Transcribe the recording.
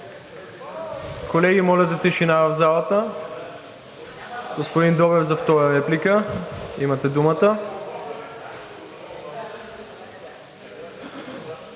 Колеги, моля за тишина в залата! Господин Добрев – за втора реплика, имате думата.